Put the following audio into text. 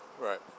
right